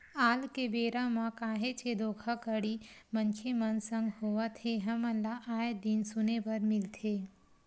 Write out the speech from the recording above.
आल के बेरा म काहेच के धोखाघड़ी मनखे मन संग होवत हे हमन ल आय दिन सुने बर मिलथे